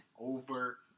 over